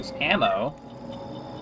ammo